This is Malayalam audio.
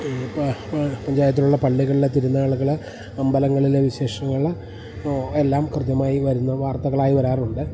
ഇപ്പം പഞ്ചായത്തിലുള്ള പള്ളികളിലെ തിരുനാളുകൾ അമ്പലങ്ങളിലെ വിശേഷങ്ങൾ എല്ലാം കൃത്യമായി വരുന്ന വാർത്തകളായി വരാറുണ്ട്